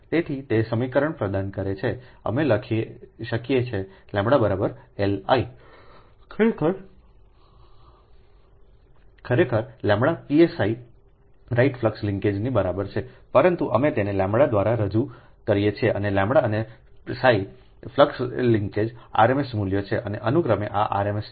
તેથી તે સમીકરણ પ્રદાન કરે છે અમે લખી શકીએ છીએ કેλLIખરેખર λ પીએસઆઈ રાઇટ ફ્લક્સ લિન્કેજની છે પરંતુ અમે તેને λ દ્વારા રજૂ કરીએ છીએ અને λ અને psi એ ફ્લક્સ લિંક્સેસના RMS મૂલ્યો છે અને અનુક્રમે આ RMS છે